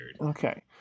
Okay